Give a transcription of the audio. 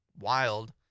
wild